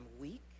weak